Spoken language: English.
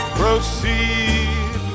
proceed